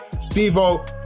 Steve-O